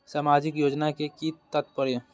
सामाजिक योजना के कि तात्पर्य?